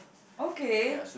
okay